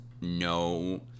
no